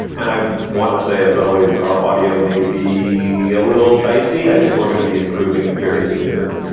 and i want to say, as always, our audio may be a little dicey. i think we're gonna be improving it very soon.